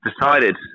decided